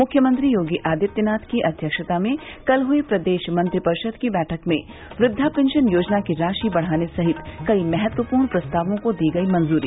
मुख्यमंत्री योगी आदित्यनाथ की अध्यक्षता में कल हुई प्रदेश मंत्रिपरिषद की बैठक में वृद्वापेंशन योजना की राशि बढ़ाने सहित कई महत्वपूर्ण प्रस्तावों को दी गई मंजूरी